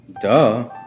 Duh